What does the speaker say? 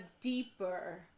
deeper